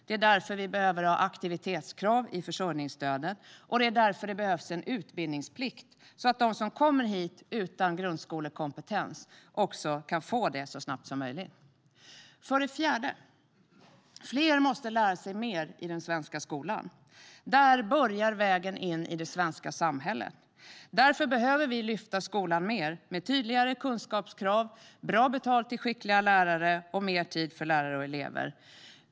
Det är därför vi behöver ha aktivitetskrav i försörjningsstödet, och det är därför det behövs en utbildningsplikt så att de som kommer hit utan grundskolekompetens kan få detta så snabbt som möjligt. För det fjärde måste fler lära sig mer i den svenska skolan. Där börjar vägen in i det svenska samhället. Därför behöver vi lyfta skolan mer, med tydligare kunskapskrav, bra betalt till skickliga lärare och mer tid för lärare och elever.